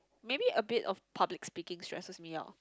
maybe a bit of public speaking stresses me out